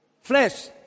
flesh